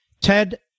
Ted